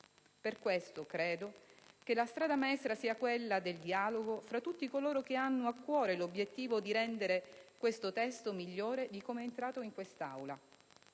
Per questo, credo che la strada maestra sia quella del dialogo tra tutti coloro che hanno a cuore l'obiettivo di rendere questo testo migliore di come è entrato in quest'Aula.